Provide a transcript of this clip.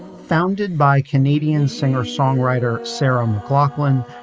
founded by canadian singer songwriter sarah mclachlan,